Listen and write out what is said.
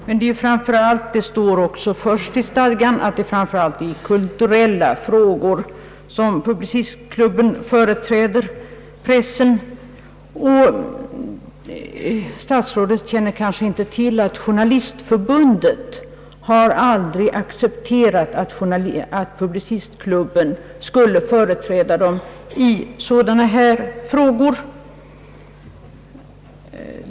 Men som första punkt i stadgarna står att det framför allt är i kulturella frågor som Publicistklubben skall företräda pressen. Statsrådet känner kanske inte till att Journalistförbundet aldrig har accepterat, att Publicistklubben företräder förbundet i sådana här frågor.